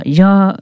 jag